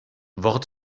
wort